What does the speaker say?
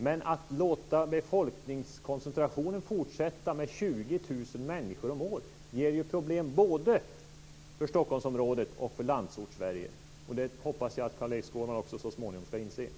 Men att låta befolkningskoncentrationen fortsätta med 20 000 människor om året ger ju problem både för Stockholmsområdet och för Landsortssverige. Jag hoppas att Carl-Erik Skårman också så småningom skall inse det.